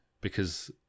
because-